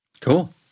cool